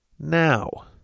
now